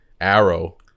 Arrow